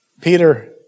Peter